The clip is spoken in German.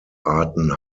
arten